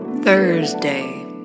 Thursday